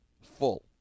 full